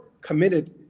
committed